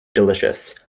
delicious